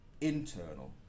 internal